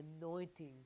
anointing